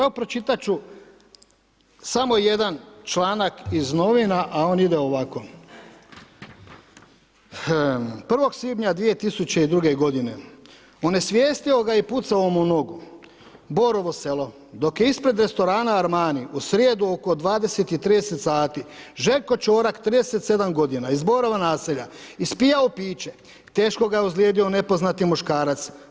Evo pročitat ću samo jedan članak iz novina, a on ide ovako: „1. svibnja 2002. godine onesvijestio ga je i pucao mu u nogu Borovo selo dok je ispred restorana Armani u srijedu oko 20.30 sati Željko Čorak 37 godina iz Borova naselja ispijao piće teško ga je ozlijedio nepoznati muškarac.